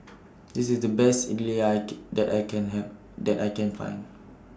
This IS The Best Idly that I Can that I Can Hand that I Can Find